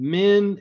men